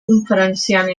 conferenciant